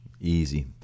Easy